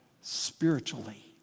spiritually